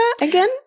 again